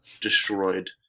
destroyed